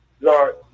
Lord